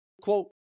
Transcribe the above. quote